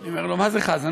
אני אומר לו: מה זה חזן?